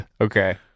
Okay